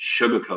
sugarcoat